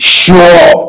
sure